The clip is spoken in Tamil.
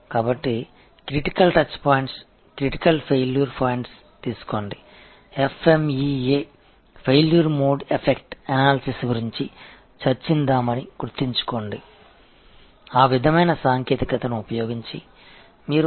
எனவே முக்கியமான தொடு புள்ளிகளை முக்கியமான தோல்விப் புள்ளிகளை எடுத்துக் கொள்ளுங்கள் FMEA தோல்வி முறை விளைவு பகுப்பாய்வு பற்றி நாம் விவாதித்தோம்